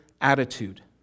attitude